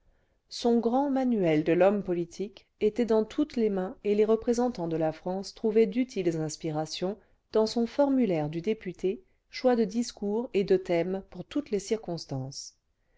son grand manuel de l'homme politique était clans toutes les mains et les représentants de la france trouvaient d'utiles inspirations dans son formulaire du député choix de discours et de thèmes pour toutes les circonstances